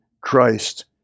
Christ